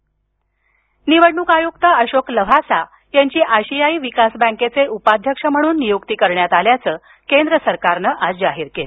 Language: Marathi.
बँक निवडणूक आयुक्त अशोक लव्हासा यांची आशियायी विकास बँकेचे उपाध्यक्ष म्हणून नियुक्ती करण्यात आल्याचं केंद्र सरकारनं आज जाहीर केलं